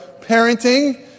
parenting